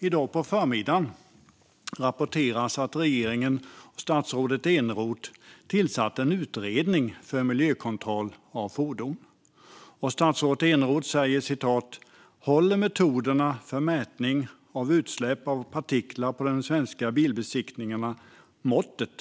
I dag på förmiddagen rapporterades att regeringen och statsrådet Eneroth tillsatt en utredning för miljökontroll av fordon. Eneroth frågar sig om metoderna för mätning av utsläpp av partiklar på de svenska bilbesiktningarna håller måttet.